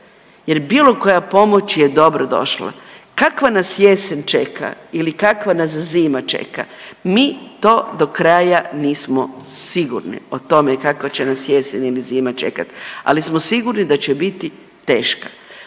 jer bilo koja pomoć je dobro došla. Kakva nas jesen čeka ili kakva nas zima čeka? Mi to do kraja nismo sigurni o tome kakva će nas jesen ili zima čekati, ali smo sigurni da će biti teška.